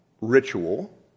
ritual